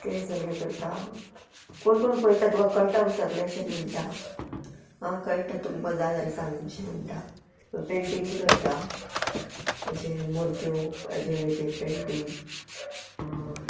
तें सगलें करता कोण कोण पळयता तुका कळटा सगलें अशें म्हणटा आ कळटा तुमकां जाय जाल्यार सांग अशें म्हणटा पेंटींग बी करता जशें मुर्त्यो हाजे ज्यो पेंटींग